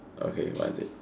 okay what is it